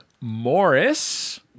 morris